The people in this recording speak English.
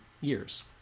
years